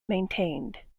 maintained